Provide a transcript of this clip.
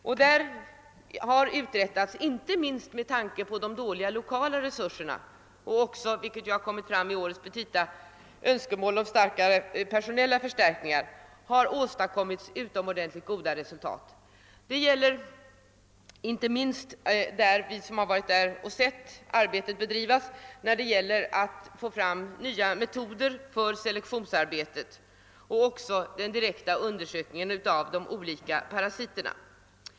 Detta laboratorium har, inte minst med tanke på de dåliga lokala och personella resur serna — beträffande vilka det i årets petita framförts önskemål om förstärkningar — åstadkommit utomordentligt goda resultat. Vi som varit där och studerat arbetet som utförs vet betydelsen av att få fram nya metoder för selektionsarbetet liksom värdet av arbetet på direkta undersökningar av olika parasiter.